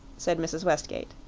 said mrs. westgate.